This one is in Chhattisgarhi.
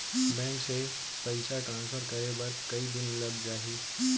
बैंक से पइसा ट्रांसफर करे बर कई दिन लग जाही?